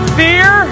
fear